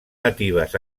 natives